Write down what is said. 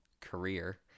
career